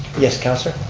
yes, councilor.